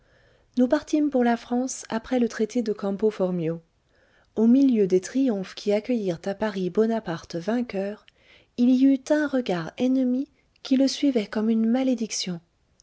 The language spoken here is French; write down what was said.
nous partîmes pour la france après le traité de campo formio au milieu des triomphes qui accueillirent à paris bonaparte vainqueur il y eut un regard ennemi qui le suivait comme une malédiction